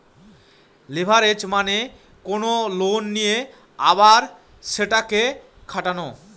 leverage মানে কোনো loan নিয়ে আবার সেটাকে খাটানো